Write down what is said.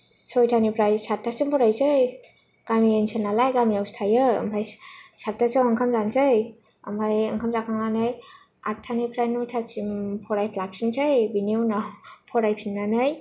सयथानिफ्राय साथ्थासिम फरायनोसै गामि ओनसोल नालाय गामियावसो थायो ओमफ्राय साथ्थासोयाव ओंखाम जानोसै ओमफ्राय ओंखाम जाखांनानै आथ्थानिफ्राय नयथासिम फरायफ्लाफिननोसै बेनि उनाव फरायफिननानै